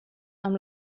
amb